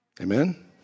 Amen